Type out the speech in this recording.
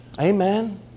Amen